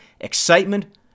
excitement